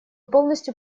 полностью